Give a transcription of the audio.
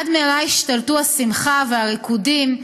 עד מהרה השתלטו השמחה והריקודים.